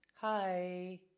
Hi